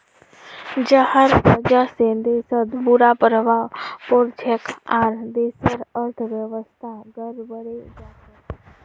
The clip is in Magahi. जहार वजह से देशत बुरा प्रभाव पोरछेक आर देशेर अर्थव्यवस्था गड़बड़ें जाछेक